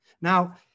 now